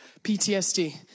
PTSD